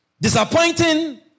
disappointing